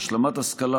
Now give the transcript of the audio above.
השלמת השכלה,